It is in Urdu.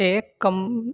ایک کم